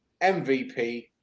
MVP